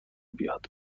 بیاد